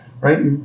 right